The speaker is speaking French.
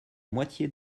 moitié